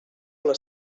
les